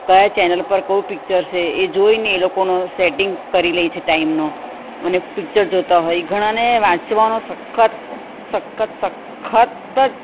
કયા ચેનલ પર કયું પીક્ચર છે એ જોઈને એ લોકોનો સેટિંગ કરી લે છે ટાઈમનો અને પીક્ચર જોતાં હોય ઘણાને વાંચવાનો સખત સખત સખત જ